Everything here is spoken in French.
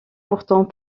pourtant